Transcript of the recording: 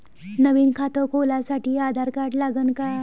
नवीन खात खोलासाठी आधार कार्ड लागन का?